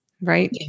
right